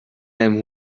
einem